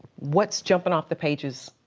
what's jumping off the pages?